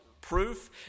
proof